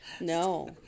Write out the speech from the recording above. No